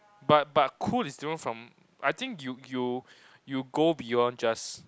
but but cool it's different from I think you you you go beyond just